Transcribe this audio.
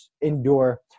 endure